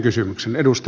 arvoisa puhemies